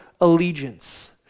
allegiance